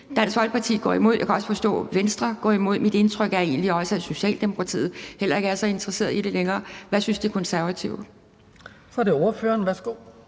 Dansk Folkeparti går imod det; jeg kan også forstå, at Venstre går imod det; mit indtryk er egentlig også, at Socialdemokratiet heller ikke er så interesseret i det længere. Hvad synes De Konservative? Kl. 12:15 Den fg.